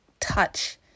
touch